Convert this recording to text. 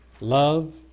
love